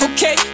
Okay